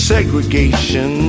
Segregation